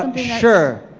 um sure,